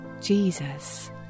Jesus